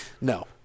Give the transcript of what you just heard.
No